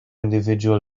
individual